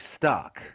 stuck